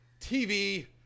TV